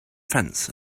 fence